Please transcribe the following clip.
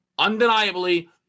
Undeniably